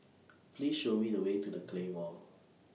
Please Show Me The Way to The Claymore